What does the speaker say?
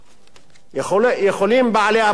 יכולים בעלי הבנקים,